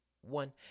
one